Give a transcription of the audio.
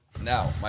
now